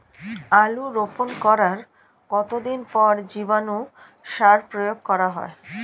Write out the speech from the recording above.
আলু রোপণ করার কতদিন পর জীবাণু সার প্রয়োগ করা হয়?